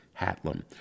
Hatlam